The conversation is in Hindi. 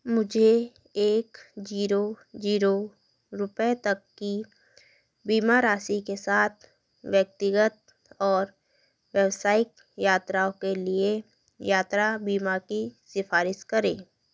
मुझे सौ रुपये तक की बीमा राशि के साथ व्यक्तिगत और व्यावसायिक यात्राओं के लिए यात्रा बीमा की सिफारिश करें